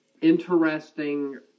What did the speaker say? interesting